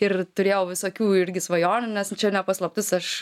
ir turėjau visokių irgi svajonių nes čia ne paslaptis aš